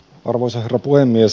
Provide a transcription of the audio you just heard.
arvoisa herra puhemies